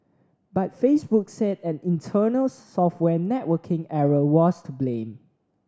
but Facebook said an internal software networking error was to blame